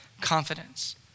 confidence